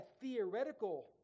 theoretical